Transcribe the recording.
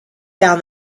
found